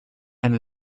and